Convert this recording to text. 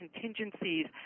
contingencies